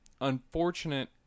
unfortunate